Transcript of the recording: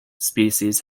species